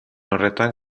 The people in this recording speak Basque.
horretan